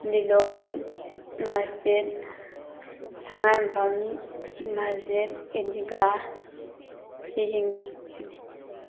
ꯂꯤꯂꯣꯡ ꯃꯁꯖꯤꯠ ꯁꯉꯥꯏ ꯌꯨꯝꯐꯝ ꯃꯁꯖꯤꯠ ꯑꯗꯨꯒ ꯁꯤꯖꯤꯡꯁꯤꯅꯤ